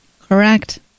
Correct